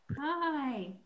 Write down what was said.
Hi